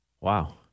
Wow